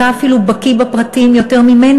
אתה אפילו בקי בפרטים יותר ממני,